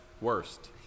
worst